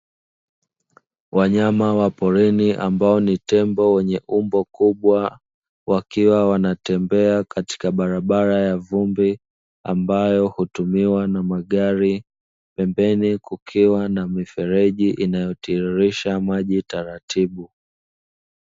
Wanyama wa porini ambao ni tembo wenye umbo kubwa, wakiwa wanatembea katika barabara ya vumbi ambayo hutumiwa na magari. Pembeni kukiwa na mifereji inayotiririsha maji taratibu.